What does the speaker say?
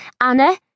Anna